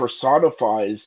personifies